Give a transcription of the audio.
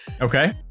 okay